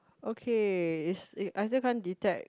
okay is I still can't detect